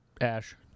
ash